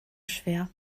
schwer